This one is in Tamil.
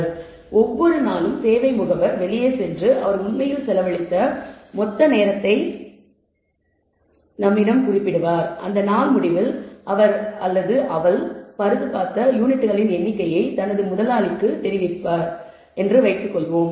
எனவே ஒவ்வொரு நாளும் சேவை முகவர் வெளியே சென்று அவர் உண்மையில் செலவழித்த மொத்த நேரத்தைக் குறிப்பிடுகிறார் என்றும்அந்த நாள் முடிவில் அவர் அல்லது அவள் பழுதுபார்த்த யூனிட்களின் எண்ணிக்கையை தனது முதலாளிக்கு தெரிவிக்கிறார் என்றும் வைத்துக் கொள்வோம்